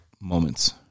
moments